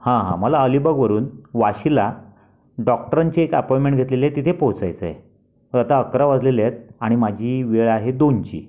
हां हां मला अलिबागवरून वाशीला डॉक्टरांची एक अपॉईमेंट घेतलेली आहे तिथे पोहोचायचं आहे तर आता अकरा वाजलेले आहेत आणि माझी वेळ आहे दोनची